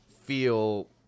feel